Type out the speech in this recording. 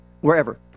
wherever